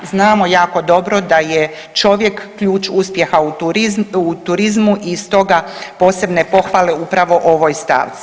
Znamo jako dobro da je čovjek ključ uspjeha u turizmu i stoga posebne pohvale upravo ovoj stavci.